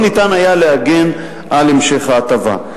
לא ניתן היה להגן על המשך ההטבה.